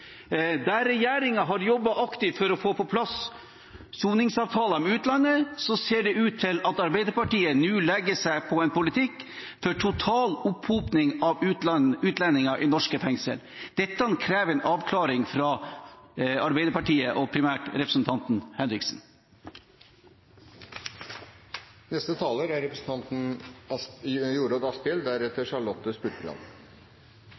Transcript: Der regjeringen har jobbet aktivt for å få på plass soningsavtaler med utlandet, ser det ut til at Arbeiderpartiet nå legger seg på en politikk for total opphopning av utlendinger i norske fengsel. Dette krever en avklaring fra Arbeiderpartiet og primært representanten Henriksen. I dag behandler vi altså budsjettet for Justis- og beredskapsdepartementet for neste